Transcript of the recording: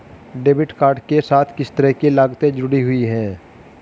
Debit card के साथ किस तरह की लागतें जुड़ी हुई हैं?